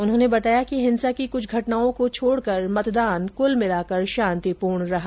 उन्होंने बताया कि हिंसा की कुछ घटनाओं को छोड़कर मतदान कूल मिलाकर शांतिपूर्ण रहा